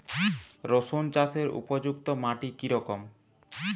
রুসুন চাষের উপযুক্ত মাটি কি রকম?